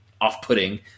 off-putting